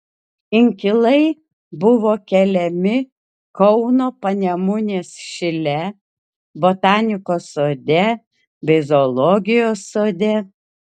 inkilai buvo keliami kauno panemunės šile botanikos sode bei zoologijos sode